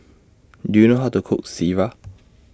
Do YOU know How to Cook Sireh